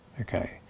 Okay